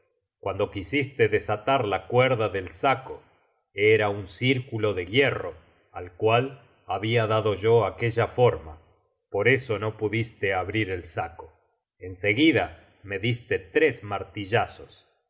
cuando quisiste desatar la cuerda del saco era un círculo de hierro al cual habia dado yo aquella forma por eso no pudiste abrir el saco en seguida me diste tres martillazos